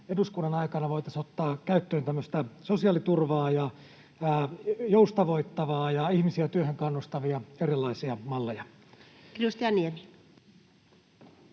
eduskunnan aikana voitaisiin ottaa käyttöön tämmöistä sosiaaliturvaa joustavoittavia ja ihmisiä työhön kannustavia erilaisia malleja? [Speech